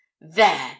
There